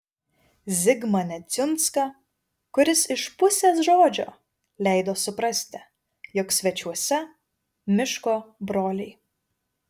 zigmą neciunską kuris iš pusės žodžio leido suprasti jog svečiuose miško broliai